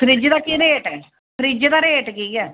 fridge दा केह् rate ऐ फ्रिज दै रेट केह् ऐ